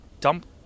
dump